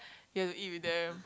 you have to eat with them